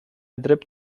drept